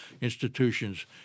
institutions